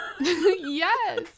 Yes